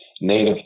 Native